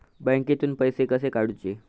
बँकेतून पैसे कसे काढूचे?